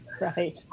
Right